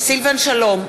סילבן שלום,